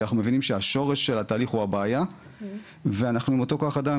כי אנחנו מבינים שהשורש של התהליך הוא הבעיה ואנחנו עם אותו כוח אדם,